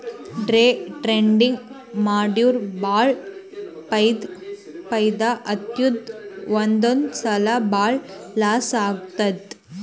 day trading ಮಾಡುರ್ ಭಾಳ ಫೈದಾ ಆತ್ತುದ್ ಒಂದೊಂದ್ ಸಲಾ ಭಾಳ ಲಾಸ್ನೂ ಆತ್ತುದ್